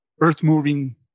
earth-moving